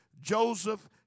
Joseph